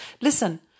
Listen